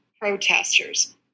protesters